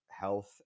health